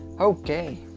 Okay